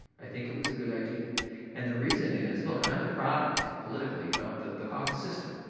i think it was a good idea and the reason is look, i'm the product politically of the the caucus system.